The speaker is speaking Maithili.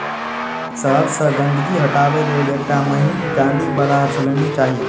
शहद सं गंदगी हटाबै लेल एकटा महीन जाली बला छलनी चाही